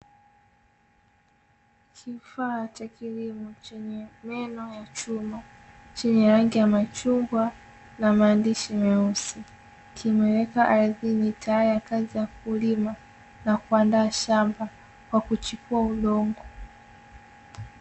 Kifaa cha kilimo chenye meno ya chuma chenye rangi ya machungwa na maandishi meusi, kimewekwa ardhini tayari kwa kazi ya kulima na kuandaa shamba kwa kuchipua udongo.